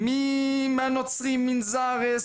המנזר הנוצרי,